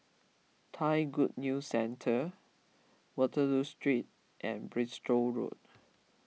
Thai Good News Centre Waterloo Street and Bristol Road